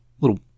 Little